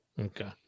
Okay